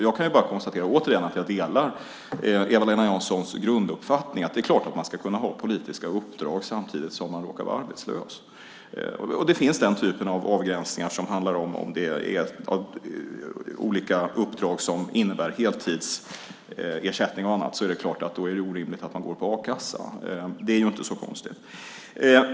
Jag kan bara återigen konstatera att jag delar Eva-Lena Janssons grunduppfattning att det är klart att man ska kunna ha politiska uppdrag samtidigt som man råkar vara arbetslös. Det finns den typen av avgränsningar som handlar om olika uppdrag som innebär heltidsersättning. Då är det orimligt att gå på a-kassa. Det är inte så konstigt.